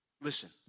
listen